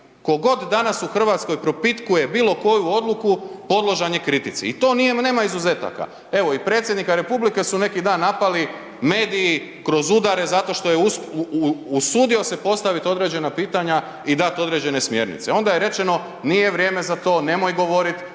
Ko god danas u RH propitkuje bilo koju odluku podložan je kritici i to nema izuzetaka. Evo, i predsjednika republike su neki dan napali mediji kroz udare zato što je usudio se postavit određena pitanja i dat određene smjernice, onda je rečeno nije vrijeme za to, nemoj govorit,